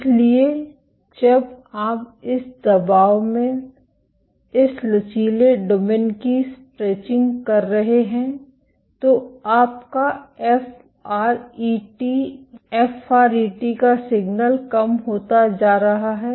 इसलिए जब आप इस दबाब में इस लचीले डोमेन की स्ट्रेचिंग कर रहे हैं तो आपका एफआरईटी एफआरईटी का सिग्नल कम होता जा रहा है